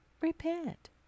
repent